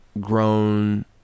grown